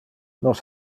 nos